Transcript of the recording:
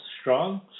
strong